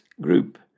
group